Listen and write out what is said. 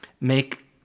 make